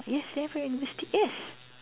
yes librarian yes